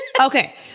Okay